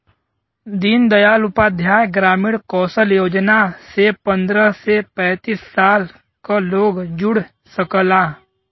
दीन दयाल उपाध्याय ग्रामीण कौशल योजना से पंद्रह से पैतींस साल क लोग जुड़ सकला